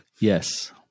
Yes